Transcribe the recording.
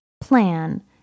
plan